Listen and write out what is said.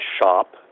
shop